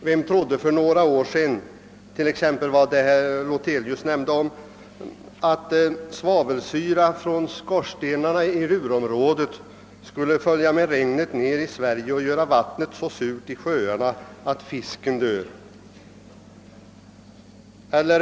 Vem trodde för några år sedan att t.ex. — som herr Lothigius nämnde — svavelsyra från skorstenarna i Ruhrområdet skulle följa med regnet ner i Sverige och göra vattnet i sjöarna så surt att fisken dör?